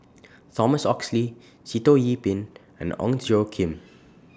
Thomas Oxley Sitoh Yih Pin and Ong Tjoe Kim